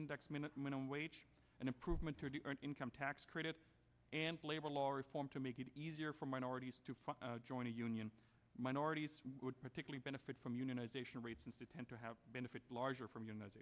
indexed minute minimum wage an improvement to the earned income tax credit and labor law reform to make it easier for minorities to join a union minorities particularly benefit from unionization rates and to tend to have benefits larger from you kno